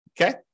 Okay